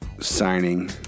Signing